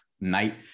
night